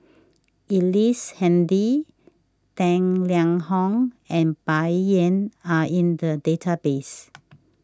Ellice Handy Tang Liang Hong and Bai Yan are in the database